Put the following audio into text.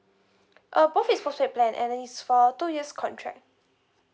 uh both is postpaid plan and it's for two years contract